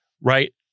right